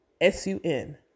S-U-N